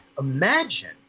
Imagine